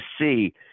see